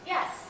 Yes